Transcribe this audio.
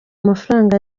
mafaranga